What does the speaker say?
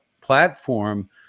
platform